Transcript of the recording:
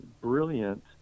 brilliant